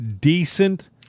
decent